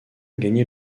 gagné